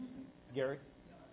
Gary